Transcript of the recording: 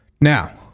Now